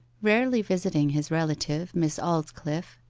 rarely visiting his relative, miss aldclyffe,